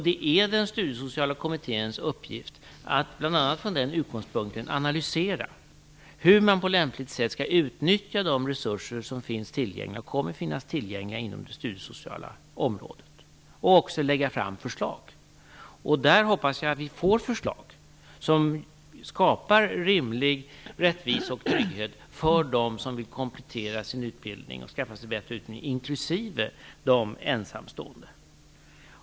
Det är Studiesociala kommitténs uppgift att bl.a. från den utgångspunkten analysera hur man på lämpligt sätt skall utnyttja de resurser som finns tillgängliga, och som kommer att finnas tillgängliga, inom det studiesociala området och också lägga fram förslag. Jag hoppas att vi där får förslag som skapar rimlig rättvisa och trygghet för dem som vill komplettera sin utbildning och skaffa sig en bättre utbildning, inklusive de ensamstående.